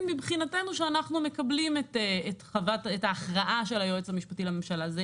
מבחינתנו שאנו מקבלים את ההכרעה של היועץ המשפטי לממשלה.